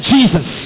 Jesus